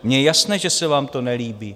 Mně je jasné, že se vám to nelíbí.